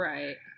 Right